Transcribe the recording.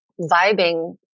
vibing